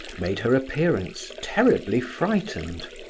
made her appearance, terribly frightened.